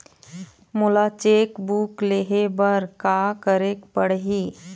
मोला cheque book लेहे बर का केरेक पढ़ही?